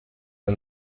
nel